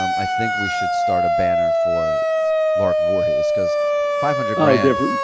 um i think we should start a banner for lark voorhies cause five hundred grand,